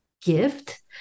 gift